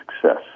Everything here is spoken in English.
success